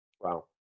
Wow